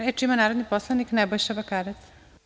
Reč ima narodni poslanik Nebojša Bakarec.